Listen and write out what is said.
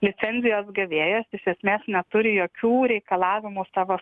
licenzijos gavėjas iš esmės neturi jokių reikalavimų savo